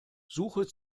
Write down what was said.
suche